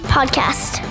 Podcast